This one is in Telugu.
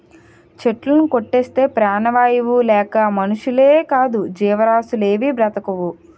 చెట్టులుని కొట్టేస్తే ప్రాణవాయువు లేక మనుషులేకాదు జీవరాసులేవీ బ్రతకవు